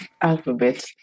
alphabet